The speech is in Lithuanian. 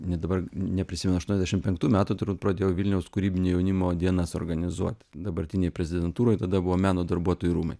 ne dabar neprisimenu aštuoniasdešim penktų metų turbūt pradėjau vilniaus kūrybinio jaunimo dienas organizuot dabartinėje prezidentūroj tada buvo meno darbuotojų rūmai